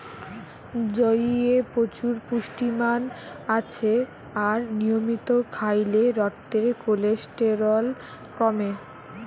জইয়ে প্রচুর পুষ্টিমান আছে আর নিয়মিত খাইলে রক্তের কোলেস্টেরল কমে